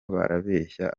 barabeshya